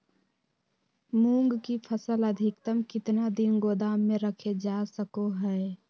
मूंग की फसल अधिकतम कितना दिन गोदाम में रखे जा सको हय?